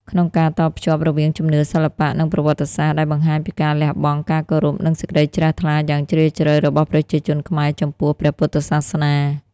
ក្នុងការតភ្ជាប់រវាងជំនឿ សិល្បៈ និងប្រវត្តិសាស្ត្រ ដែលបង្ហាញពីការលះបង់ ការគោរព និងសេចក្តីជ្រះថ្លាយ៉ាងជ្រាលជ្រៅរបស់ប្រជាជនខ្មែរចំពោះព្រះពុទ្ធសាសនា។